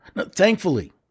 Thankfully